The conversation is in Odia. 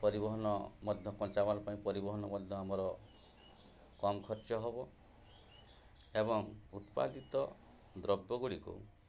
ପରିବହନ ମଧ୍ୟ କଞ୍ଚାମାଲ୍ ପାଇଁ ପରିବହନ ମଧ୍ୟ ଆମର କମ୍ ଖର୍ଚ୍ଚ ହେବ ଏବଂ ଉତ୍ପାଦିତ ଦ୍ରବ୍ୟ ଗୁଡ଼ିକୁ